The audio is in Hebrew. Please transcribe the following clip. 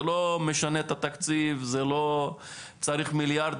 זה לא משנה את התקציב, זה לא צריך מיליארד.